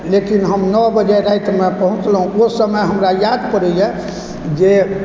लेकिन हम नओ बजे रातिमे पहुँचलहुँ ओ समय हमरा याद पड़य यऽ जे